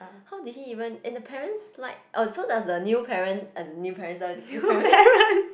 how did he even and the parents like oh so does the new parents uh the new parents the parents